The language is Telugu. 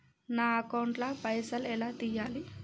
నా అకౌంట్ ల పైసల్ ఎలా తీయాలి?